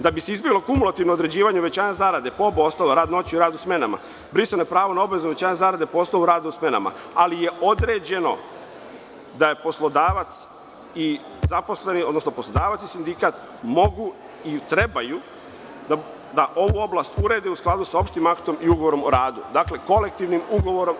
Da bi se izbeglo kumulativno određivanje uvećanja zarade po osnovu rada noću i rada u smenama, brisano je pravo na obavezno uvećanje zarade po osnovu rada u smenama, ali je određeno da su poslodavac i zaposleni, odnosno da poslodavac i sindikat mogu i trebaju da ovu oblast urede u skladu sa opštim aktom i ugovorom o radu, dakle, kolektivnim ugovorom.